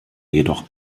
jedoch